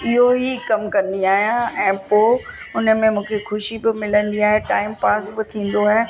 इहो ई कमु कंदी आहियां ऐं पोइ हुन में मूंखे ख़ुशी पियो मिलंदी आहे टाइम पास बि थींदो आहे